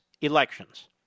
elections